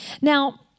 Now